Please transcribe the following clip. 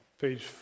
Page